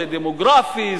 זה דמוגרפי,